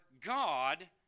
God